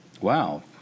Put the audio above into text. Wow